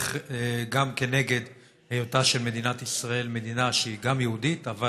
גם כנגד היותה של מדינת ישראל מדינה שהיא גם יהודית אבל